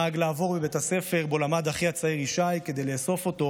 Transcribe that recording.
נהג לעבור בבית הספר שבו למד אחי הצעיר ישי כדי לאסוף אותו